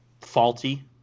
faulty